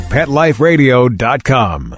PetLifeRadio.com